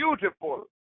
beautiful